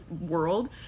world